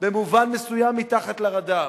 במובן מסוים מתחת לרדאר.